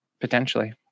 Potentially